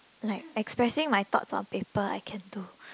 like expressing my thought from paper I can do